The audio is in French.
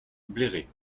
bléré